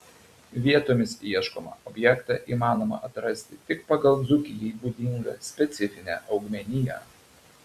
vietomis ieškomą objektą įmanoma atrasti tik pagal dzūkijai būdingą specifinę augmeniją